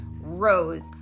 rose